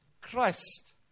Christ